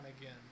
again